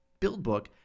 BuildBook